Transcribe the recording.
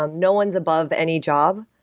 um no one is above any job.